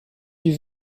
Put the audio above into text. dut